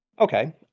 Okay